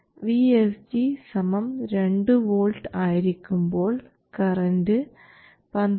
VSG 2 V ആയിരിക്കുമ്പോൾ current 12